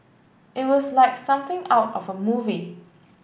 it was like something out of a movie